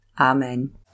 Amen